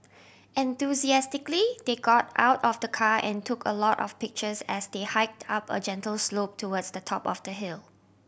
enthusiastically they got out of the car and took a lot of pictures as they hiked up a gentle slope towards the top of the hill